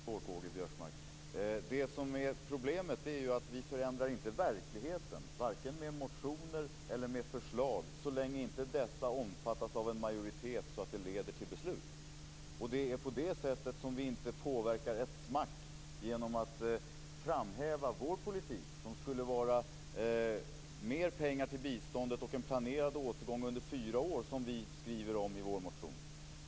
Fru talman! Jag skall försöka förklara det här så att K-G Biörsmark förstår. Det som är problemet är att vi inte förändrar verkligheten, varken med motioner eller med förslag, så länge inte dessa omfattas av en majoritet så att de leder till beslut. Det är på det sättet som vi inte påverkar ett smack genom att framhäva vår politik som skulle vara mer pengar till biståndet och en planerad återgång under fyra år, som vi skriver om i vår motion.